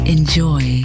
Enjoy